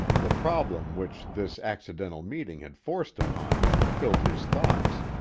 the problem which this accidental meeting had forced upon him filled his thoughts.